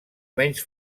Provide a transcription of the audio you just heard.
menys